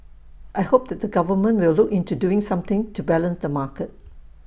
I hope that the government will look into doing something to balance the market